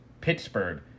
pittsburgh